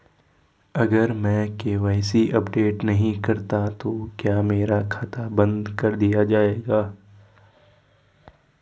अगर मैं KYC update नहीं करता तो क्या मेरा खाता बंद कर दिया जाएगा?